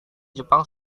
jepang